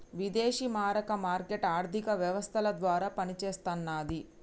విదేశీ మారక మార్కెట్ ఆర్థిక సంస్థల ద్వారా పనిచేస్తన్నది